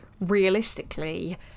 realistically